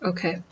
Okay